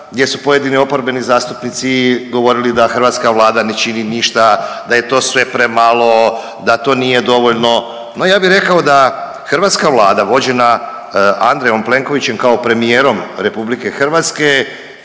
gdje su pojedini oporbeni zastupnici govorili da hrvatska Vlada ne čini ništa, da je to sve premalo, da to nije dovoljno, no, ja bih rekao da hrvatska Vlada vođena Andrejom Plenkovićem kao premijerom RH itekako